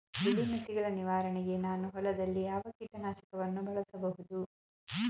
ಬಿಳಿ ನುಸಿಗಳ ನಿವಾರಣೆಗೆ ನಾನು ಹೊಲದಲ್ಲಿ ಯಾವ ಕೀಟ ನಾಶಕವನ್ನು ಬಳಸಬಹುದು?